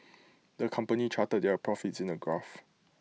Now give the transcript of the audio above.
the company charted their profits in A graph